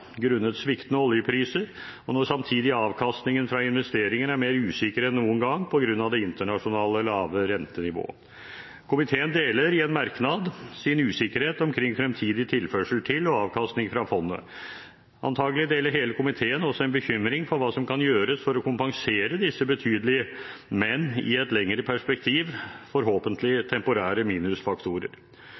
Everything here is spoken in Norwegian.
grunnet sviktende oljepriser, og samtidig er avkastningene fra investeringene mer usikre enn noen gang på grunn av det internasjonale lave rentenivået. Komiteen deler i en merknad sin usikkerhet omkring fremtidig tilførsel til og avkastning fra fondet. Antagelig deler hele komiteen også en bekymring for hva som skal gjøres for å kompensere disse betydelige, men i et lengre perspektiv forhåpentlig temporære, minusfaktorer.